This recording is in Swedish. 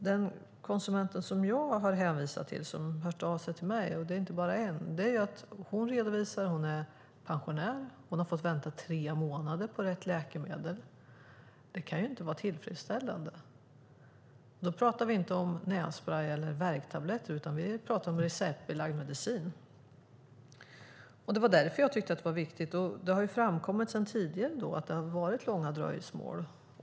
Den konsument som jag har hänvisat till - det är inte bara en som har hört av sig till mig - redovisar att hon är pensionär och att hon har fått vänta tre månader på rätt läkemedel. Det kan inte vara tillfredsställande. Då pratar vi inte om nässpray eller värktabletter utan vi pratar om receptbelagd medicin. Det var därför jag tyckte att detta var viktigt. Det har framkommit sedan tidigare att det har varit långa dröjsmål.